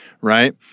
right